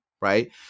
right